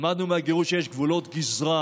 למדנו מהגירוש שיש גבולות גזרה